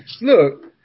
Look